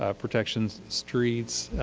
ah protections, streets,